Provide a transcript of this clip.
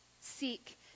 seek